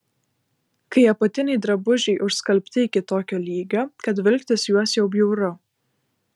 kai apatiniai drabužiai užskalbti iki tokio lygio kad vilktis juos jau bjauru